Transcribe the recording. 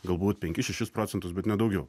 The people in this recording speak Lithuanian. galbūt penkis šešis procentus bet ne daugiau